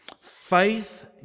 faith